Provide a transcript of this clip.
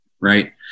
right